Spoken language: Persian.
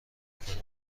کنید